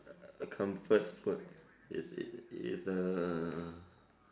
uh comfort food is uh